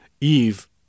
Eve